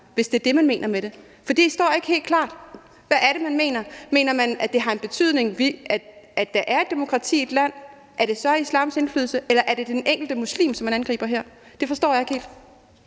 hvis det er det, man mener med det. For det står ikke helt klart. Hvad er det, man mener? Mener man, at det har en betydning, når der er demokrati i et land – er det så islams indflydelse eller den enkelte muslim, som man angriber her? Det forstår jeg ikke helt.